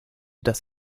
das